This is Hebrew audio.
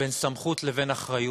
בין סמכות לבין אחריות.